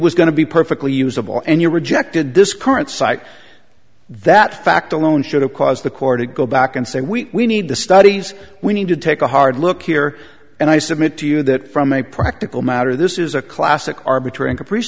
was going to be perfectly usable and you rejected this current site that fact alone should have caused the court to go back and say we need the studies we need to take a hard look here and i submit to you that from a practical matter this is a classic arbitrary